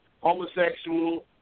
homosexual